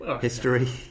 history